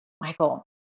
Michael